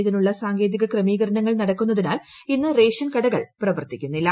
ഇതിനുള്ള സാങ്കേതിക ക്രമീകരണങ്ങൾ നടക്കുന്നതിനാൽ ഇന്ന് റേഷൻ കടകൾ പ്രവർത്തിക്കുന്നില്ല